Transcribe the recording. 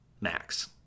max